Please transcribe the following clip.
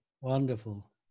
Wonderful